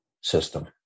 system